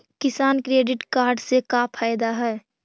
किसान credit card से का फायदा है?